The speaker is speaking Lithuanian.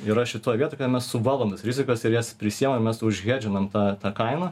yra šitoj vietoj kad mes suvaldom tas rizikas ir jas prisiimam mes užhedžinam tą tą kaimą